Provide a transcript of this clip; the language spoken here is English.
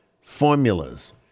formulas